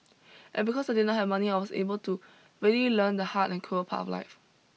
and because I did not have money I was able to really learn the hard and cruel part of life